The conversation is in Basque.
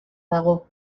dago